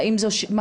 מה